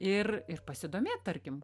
ir ir pasidomėt tarkim